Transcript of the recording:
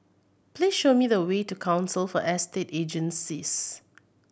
please show me the way to Council for Estate Agencies